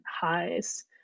highs